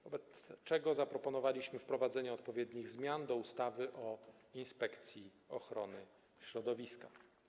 Wobec czego zaproponowaliśmy wprowadzenie odpowiednich zmian do ustawy o inspekcji ochrony środowiska.